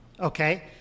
okay